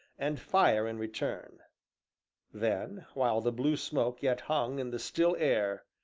and fire in return then, while the blue smoke yet hung in the still air,